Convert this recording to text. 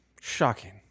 shocking